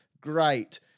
Great